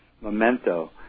Memento